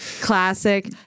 classic